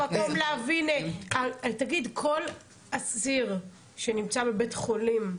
כל אסיר שנמצא בבית חולים,